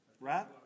right